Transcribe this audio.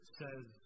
says